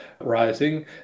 rising